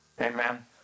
Amen